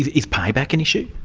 is is payback an issue?